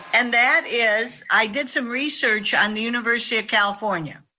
and that is, i did some research on the university of california.